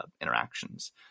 interactions